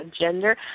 gender